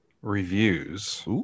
reviews